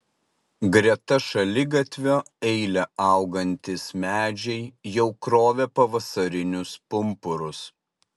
greta šaligatvio eile augantys medžiai jau krovė pavasarinius pumpurus